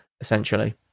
Essentially